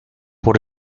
por